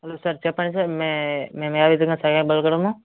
hello sir చెప్పండి sir మే నేనే విధంగా సహాయపడగలను